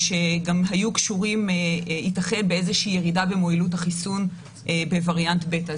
שייתכן שגם היו קשורים באיזושהי ירידה במועילות החיסון בווריאנט בתא.